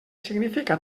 significa